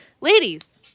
Ladies